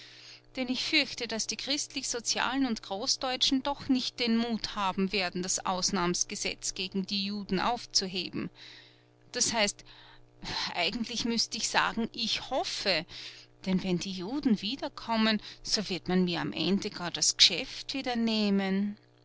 denn ich fürchte daß die christlichsozialen und großdeutschen doch nicht den mut haben werden das ausnahmsgesetz gegen die juden aufzuheben das heißt eigentlich müßte ich sagen ich hoffe denn wenn die juden wieder kommen so wird man mir am ende gar das geschäft wieder nehmen